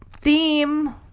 theme